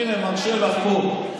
הינה, מר שלח פה.